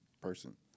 person